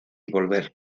volver